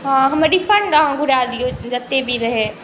हँ हमर रिफण्ड अहाँ घुरा दिअ जतेक भी रहै